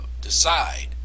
decide